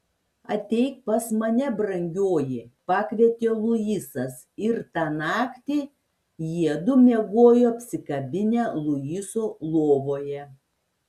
ateik pas mane brangioji pakvietė luisas ir tą naktį jiedu miegojo apsikabinę luiso lovoje